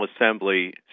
Assembly